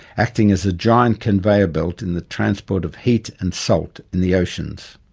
acting as a giant conveyor belt in the transport of heat and salt in the oceans.